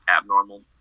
abnormal